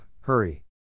hurry